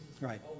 Right